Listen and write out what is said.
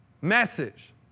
message